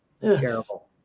Terrible